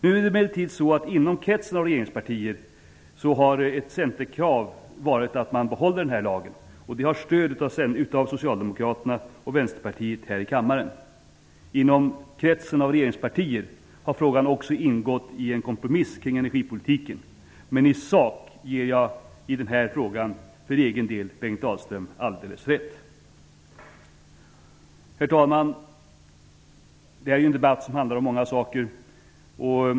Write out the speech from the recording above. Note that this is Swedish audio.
Nu är det emellertid så, att ett centerkrav inom kretsen av regeringspartier har varit att man skall behålla lagen. Det har stöd av Socialdemokraterna och Vänsterpartiet här i kammaren. Inom kretsen av regeringspartier har frågan också ingått i en kompromiss kring energipolitiken. Men i sak ger jag i denna fråga för egen del Bengt Dalström alldeles rätt. Herr talman! Det här är en debatt som handlar om många saker.